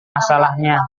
masalahnya